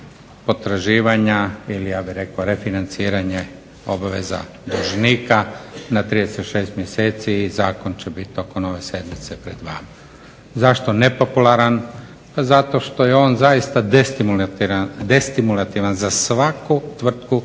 potraživanja ili ja bih rekao refinanciranje obveza dužnika na 36 mjeseci i zakon će biti tokom ove sedmice pred vama. Zašto nepopularan, pa zato što je on zaista destimulativan za svaku tvrtku